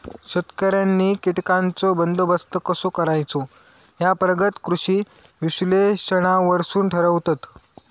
शेतकऱ्यांनी कीटकांचो बंदोबस्त कसो करायचो ह्या प्रगत कृषी विश्लेषणावरसून ठरवतत